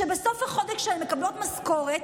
שבסוף החודש, כשהן מקבלות משכורת,